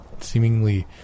seemingly